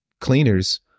cleaners